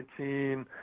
19